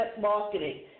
marketing